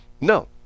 no